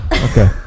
Okay